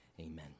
Amen